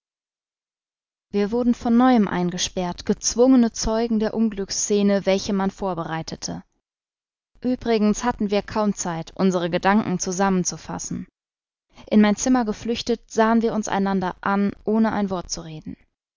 wir wurden von neuem eingesperrt gezwungene zeugen der unglücksscene welche man vorbereitete uebrigens hatten wir kaum zeit unsere gedanken zusammen zu fassen in mein zimmer geflüchtet sahen wir uns einander an ohne ein wort zu reden